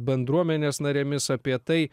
bendruomenės narėmis apie tai